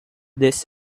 this